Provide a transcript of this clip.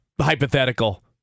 hypothetical